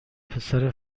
پسر